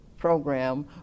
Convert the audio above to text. Program